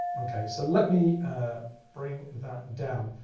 ok. so let me bring that down.